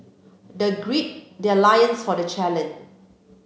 the grid their loins for the challenge